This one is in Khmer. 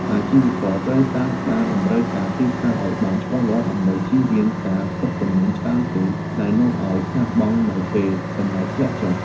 អាជីវករត្រូវតាមដានតម្រូវការទីផ្សារឱ្យបានច្បាស់លាស់ ដើម្បីជៀសវាងការស្តុកទំនិញច្រើនពេកដែលនាំឱ្យខាតបង់នៅពេលតម្លៃធ្លាក់ចុះ។